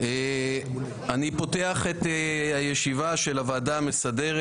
אני פותח את הישיבה של הוועדה המסדרת.